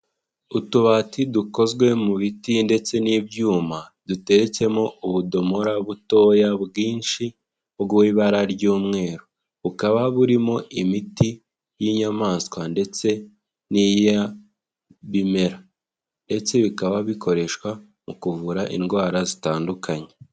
Utubati dukozwe mu biti ndetse n'ibyuma, duteretsemo ubudomora butoya bwinshi bw'ibara ry'umweru, bukaba burimo imiti y'inyamaswa ndetse n'iy'ibimera ndetse bikaba bikoreshwa mu kuvura indwara zitandukanye.